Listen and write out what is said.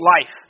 life